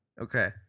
okay